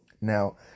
Now